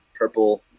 Purple